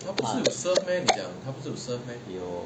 怕怕有